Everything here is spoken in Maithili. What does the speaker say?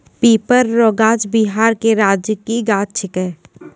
पीपर रो गाछ बिहार के राजकीय गाछ छिकै